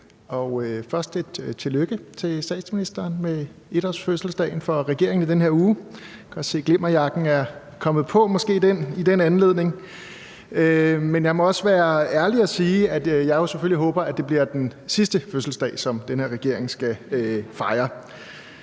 sige tillykke til statsministeren med 1-årsfødselsdagen for regeringen i den her uge. Jeg kan også se, at glimmerjakken er kommet på, og det er måske i den anledning. Men jeg må også være ærlig og sige, at jeg jo selvfølgelig håber, at det bliver den sidste fødselsdag, som den her regering skal fejre.